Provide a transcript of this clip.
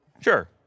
sure